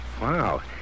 Wow